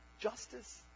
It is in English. justice